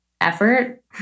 effort